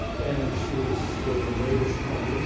and she was late-ish twenty s,